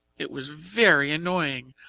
it was very annoying!